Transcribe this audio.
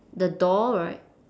the door right